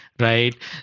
right